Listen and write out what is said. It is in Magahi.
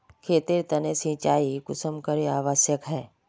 खेतेर तने सिंचाई कुंसम करे आवश्यक छै?